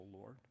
Lord